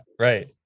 Right